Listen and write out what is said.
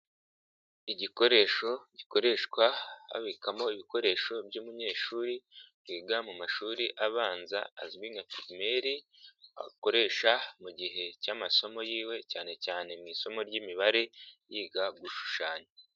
Igikoresho gikoreshwa babikamo ibikoresho by'umunyeshuri wiga mu mashuri abanza azwi nka pirimeri akoresha mu gihe cy'amasomo yiwe cyane cyane mu isomo ry'imibare yiga gushushanya.